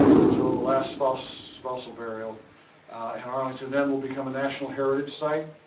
until the last spouse spousal burial in arlington. then will become a national heritage site,